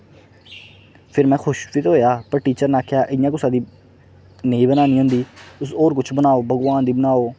फिर में खुश बी ते होएआ पर टीचर ने आखेआ इ'यां कुसै दी नेईं ही बनानी होंदी तुस होर कुछ बनाओ भगवान दी बनाओ